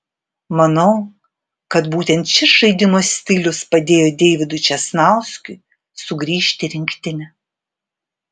manau kad būtent šis žaidimo stilius padėjo deividui česnauskiui sugrįžti į rinktinę